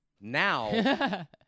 Now